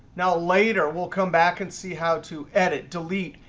now later, we'll come back and see how to edit, delete,